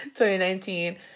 2019